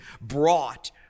brought